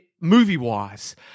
movie-wise